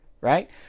right